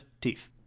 teeth